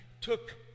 took